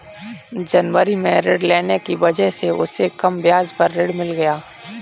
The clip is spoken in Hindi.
जनवरी में ऋण लेने की वजह से उसे कम ब्याज पर ऋण मिल गया